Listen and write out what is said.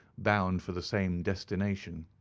bound for the same destination.